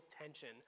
tension